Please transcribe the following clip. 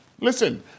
listen